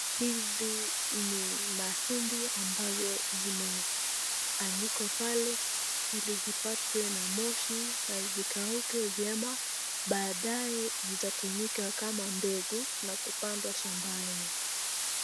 Hizi ni mahindi ambazo zimeanikwa pale ili zipatwe na moshi na zikauke vyema baadaye zitatumika kama mbegu na kupandwa shambani.